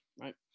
right